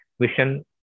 vision